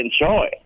enjoy